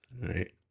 right